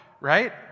right